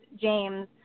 James